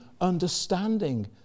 understanding